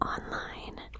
online